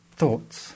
thoughts